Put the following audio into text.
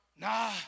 Nah